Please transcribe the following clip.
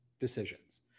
decisions